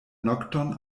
nokton